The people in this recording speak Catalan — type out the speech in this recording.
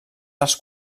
dels